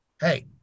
hey